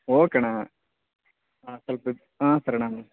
okay ಅಣ್ಣ ಹಾಂ ಹಾಂ ಸರಿ ಅಣ್ಣ